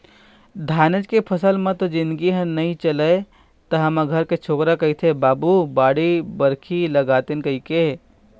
धानेच के फसल ले म तो जिनगी ह नइ चलय त हमर घर के छोकरा कहिथे बाबू बाड़ी बखरी लगातेन कहिके